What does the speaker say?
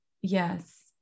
Yes